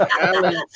Alan